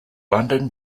london